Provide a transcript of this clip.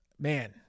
Man